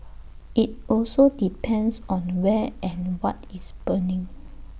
IT also depends on where and what is burning